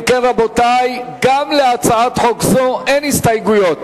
אם כן, רבותי, גם להצעת חוק זו אין הסתייגויות.